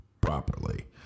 properly